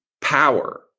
power